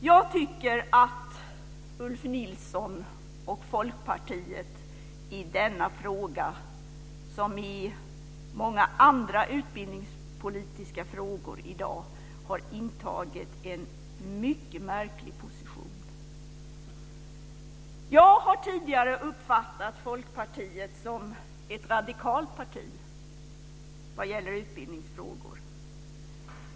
Jag tycker att Ulf Nilsson och Folkpartiet i denna fråga, som i många andra utbildningspolitiska frågor i dag, har intagit en mycket märklig position. Jag har tidigare uppfattat Folkpartiet som ett radikalt parti vad gäller utbildningsfrågor.